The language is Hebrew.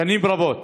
שנים רבות.